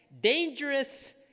dangerous